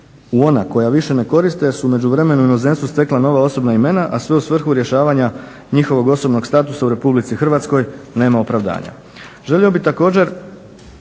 u ona koja više ne koriste su u međuvremenu u inozemstvu stekla nova osobna imena, a sve u svrhu rješavanja njihovog osobnog statusa u RH nema opravdanja. Želio bih također